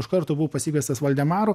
iš karto buvo pasikviestas valdemaro